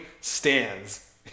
stands